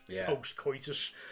post-coitus